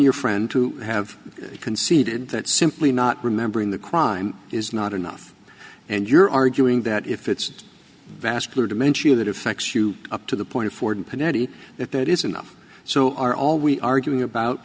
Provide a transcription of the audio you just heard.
your friend to have conceded that simply not remembering the crime is not enough and you're arguing that if it's vascular dementia that effects you up to the point afforded pinetti that that is enough so are all we arguing about